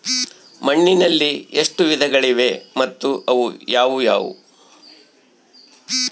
ಮಣ್ಣಿನಲ್ಲಿ ಎಷ್ಟು ವಿಧಗಳಿವೆ ಮತ್ತು ಅವು ಯಾವುವು?